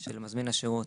של מזמין השירות.